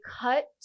cut